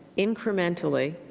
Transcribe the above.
incrementally,